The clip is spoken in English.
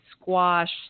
squash